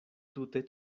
tute